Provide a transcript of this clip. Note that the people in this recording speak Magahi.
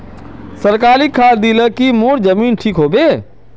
सरकारी खाद दिल की मोर जमीन ठीक होबे?